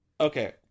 Okay